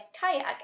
kayak